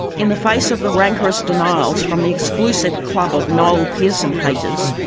in the face of the rancorous denials from the exclusive club of noel pearson haters,